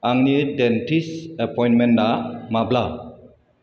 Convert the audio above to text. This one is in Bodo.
आंनि डेन्टिस एपइन्टमेन्टा माब्ला